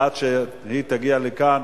עד שהיא תגיע לכאן,